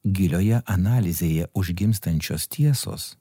gilioje analizėje užgimstančios tiesos